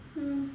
mm